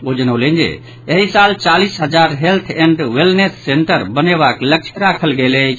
ओ जनौलनि जे एहि साल चालीस हजार हेल्थ एंड वेलनेंस सेन्टर बनेबाक लक्ष्य राखल गेल अछि